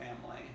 family